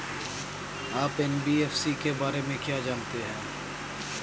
आप एन.बी.एफ.सी के बारे में क्या जानते हैं?